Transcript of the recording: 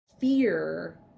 fear